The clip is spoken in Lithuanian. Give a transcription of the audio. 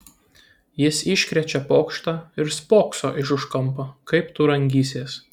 jis iškrečia pokštą ir spokso iš už kampo kaip tu rangysies